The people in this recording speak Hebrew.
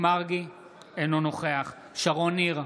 אינו נוכח שרון ניר,